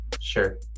Sure